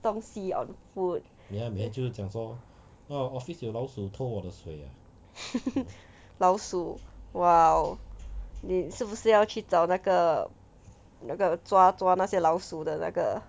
东西 on food 老鼠 !wow! 你是不是要去找那个那个抓抓那些老鼠的那个